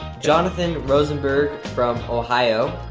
jonathan rosenberg from ohio.